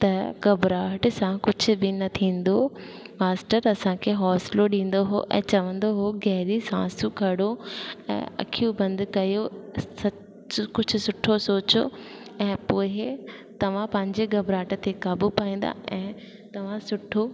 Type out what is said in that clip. त घबराहट सां कुझु बि न थींदो मास्तर असांखे हौसिलो ॾींदो हुओ ऐं चवंदो हुओ गहरी सांसूं खणो ऐं अखियूं बंदि कयो सचु कुझु सुठो सोचो ऐं पोइ तव्हां पंहिंजे घबराहट खे काबू पाईंदा ऐं तव्हां सुठो